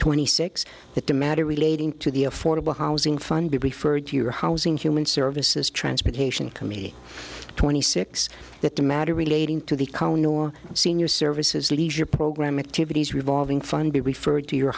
twenty six that the matter relating to the affordable housing fund be referred to your housing human services transportation committee twenty six that the matter relating to the cone or senior services leisure program activities revolving fund be referred to your